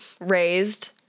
raised